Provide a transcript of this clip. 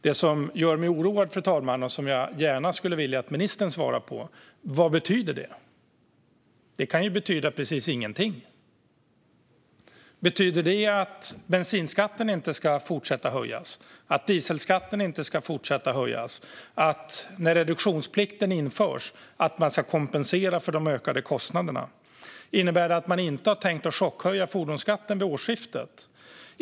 Det som gör mig oroad, fru talman, och som jag gärna skulle vilja att ministern svarar på är: Vad betyder det? Det kan ju betyda precis ingenting. Betyder det att bensinskatten inte ska fortsätta att höjas, att dieselskatten inte ska fortsätta att höjas och att man när reduktionsplikten införs ska kompensera för de ökade kostnaderna? Innebär det att man inte har tänkt chockhöja fordonsskatten vid årsskiftet?